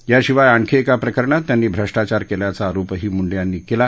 याशिवाय आणखी एका प्रकरणात त्यांनी भ्रष्टाचार केल्याचा आरोपही मुंडे यांनी केला